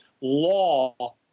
law